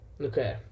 Okay